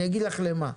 אני אגיד לך למה,